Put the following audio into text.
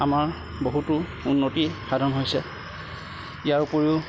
আমাৰ বহুতো উন্নতি সাধন হৈছে ইয়াৰ উপৰিও